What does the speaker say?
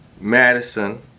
Madison